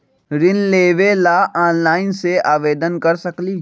ऋण लेवे ला ऑनलाइन से आवेदन कर सकली?